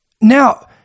Now